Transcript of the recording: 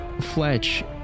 Fletch